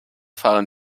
fahren